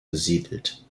besiedelt